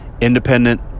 independent